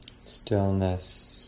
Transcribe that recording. stillness